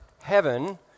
heaven